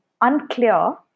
unclear